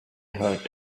hurt